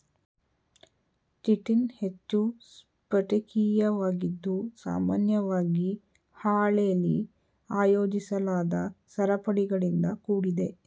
chitin ಹೆಚ್ಚು ಸ್ಫಟಿಕೀಯವಾಗಿದ್ದು ಸಾಮಾನ್ಯವಾಗಿ ಹಾಳೆಲಿ ಆಯೋಜಿಸಲಾದ ಸರಪಳಿಗಳಿಂದ ಕೂಡಿದೆ